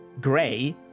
Gray